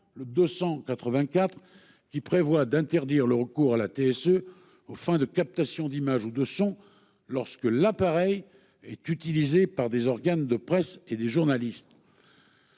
n° 284, qui vise à interdire le recours aux TSE aux fins de captation d'images ou de son lorsque l'appareil est utilisé par un organe de presse ou par un journaliste.